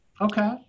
Okay